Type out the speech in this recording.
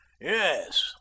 yes